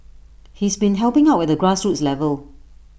he's been helping out at the grassroots level